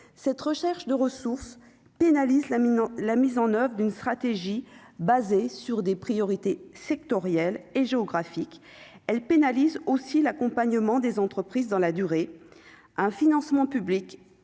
cette recherche de ressources pénalisent la mine la mise en oeuvre. D'une stratégie basée sur des priorités sectorielles et géographiques, elle pénalise aussi l'accompagnement des entreprises dans la durée, un financement public